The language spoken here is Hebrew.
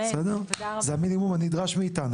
זה המינימום הנדרש מאיתנו.